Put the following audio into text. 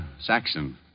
Saxon